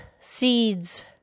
seeds